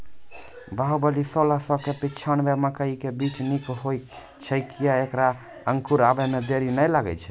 बाहुबली सोलह सौ पिच्छान्यबे मकई के बीज निक होई छै किये की ऐकरा अंकुर आबै मे देरी नैय लागै छै?